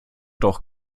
doch